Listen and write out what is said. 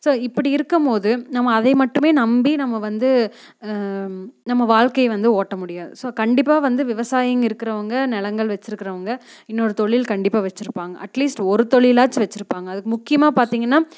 so இப்படி இருக்கும் போது நம்ம அதை மட்டுமே நம்பி நம்ம வந்து நம்ம வாழ்கை வந்து ஓட்ட முடியாது ஸோ கண்டிப்பாக வந்து விவசாயிங்க இருக்கிறவங்க நிலங்கள் வச்சிருக்குறவங்க இன்னொரு தொழில் கண்டிப்பாக வச்சிருப்பாங்க அட்லீஸ்ட் ஒரு தொழிலாச்சும் வச்சிருப்பாங்க அதுக்கு முக்கியமாக பார்த்திங்கன்னா